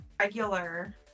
regular